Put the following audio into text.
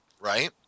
Right